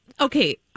okay